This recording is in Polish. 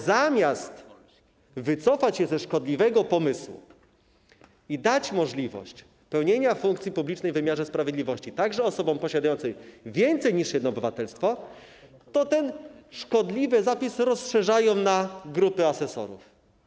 Zamiast wycofać się ze szkodliwego pomysłu i dać możliwość pełnienia funkcji publicznej w wymiarze sprawiedliwości także osobom posiadającym więcej niż jedno obywatelstwo, rozszerzają ten szkodliwy zapis na grupy asesorów.